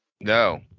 No